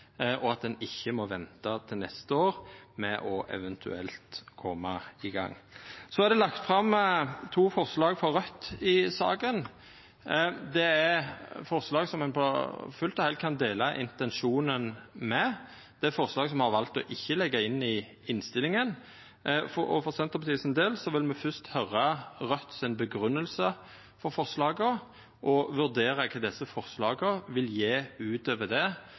og at ein ikkje må venta til neste år med eventuelt å koma i gang. Det er lagt fram to forslag frå Raudt i saka. Det er forslag ein fullt og heilt kan dela intensjonen i. Det er forslag som me har valt å ikkje leggja inn i innstillinga. For Senterpartiets del vil me først høyra Raudt si grunngjeving for forslaga og vurdera kva desse forslaga vil gje utover det